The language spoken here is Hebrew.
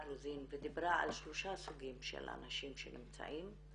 רוזין ודיברה על שלושה סוגים של הנשים שנמצאות,